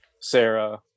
Sarah